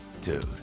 dude